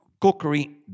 cookery